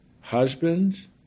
husbands